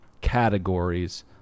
categories